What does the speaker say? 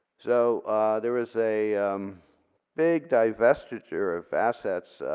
so there is a big divestiture of assets.